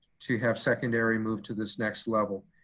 to have secondary move to this next level.